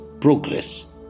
progress